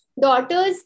daughter's